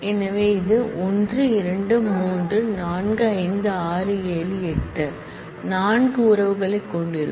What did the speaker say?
எனவே இது 1 2 3 4 5 6 7 8 இது 4 ரிலேஷன்களைக் கொண்டிருக்கும்